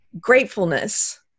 gratefulness